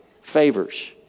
favors